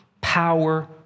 power